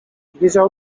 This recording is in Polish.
wiedział